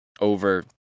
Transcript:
over